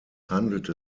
handelte